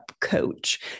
coach